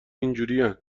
اینجورین